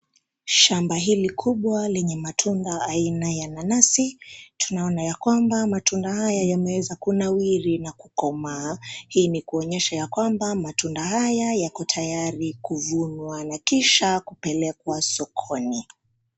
Shamba hili kubwa lenye matunda aina ya nanasi tunona ya kwamba matunda haya yameweza kunawiri na kukomaa, hii ni kuonyesha ya kwamba matunda haya yako tayari kuvunwa na kisha kupelekwa sokoni.